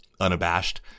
Unabashed